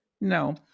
No